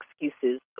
excuses